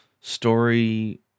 story